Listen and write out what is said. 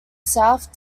south